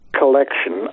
collection